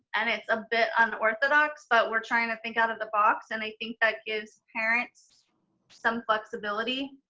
and it's a bit unorthodox, but we're trying to think out of the box. and i think that gives parents some flexibility,